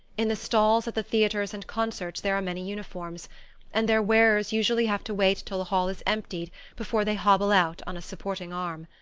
in the stalls at the theatres and concerts there are many uniforms and their wearers usually have to wait till the hall is emptied before they hobble out on a supporting arm.